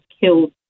killed